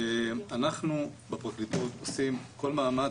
אנחנו בפרקליטות עושים כל מאמץ,